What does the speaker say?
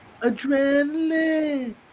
Adrenaline